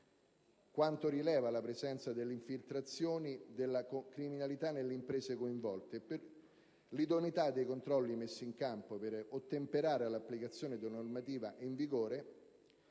quanto rileva la presenza delle infiltrazioni della criminalità nelle imprese coinvolte; l'idoneità dei controlli messi in campo per ottemperare all'applicazione della normativa in vigore;